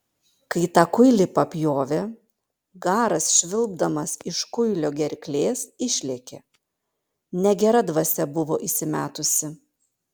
kai tą kuilį papjovė garas švilpdamas iš kuilio gerklės išlėkė negera dvasia buvo įsimetusi